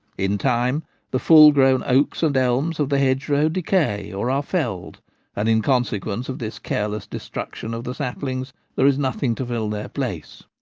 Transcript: in time the full-grown oaks and elms of the hedgerow decay, or are felled and in consequence of this careless de struction of the saplings there is nothing to fill their place.